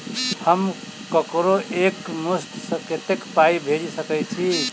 हम ककरो एक मुस्त कत्तेक पाई भेजि सकय छी?